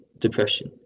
depression